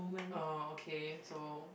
oh okay so